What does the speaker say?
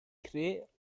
create